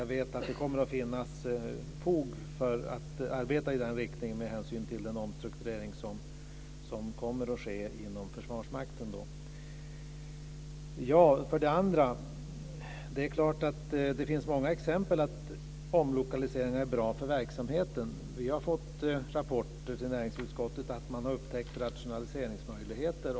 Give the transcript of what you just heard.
Jag vet att det kommer att finnas fog för att arbeta i den riktningen med hänsyn till den omstrukturering som kommer att ske inom Försvarsmakten. Det finns många exempel på att omlokaliseringar är bra för verksamheten. Vi har fått rapporter till näringsutskottet att man har upptäckt rationaliseringsmöjligheter.